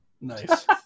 Nice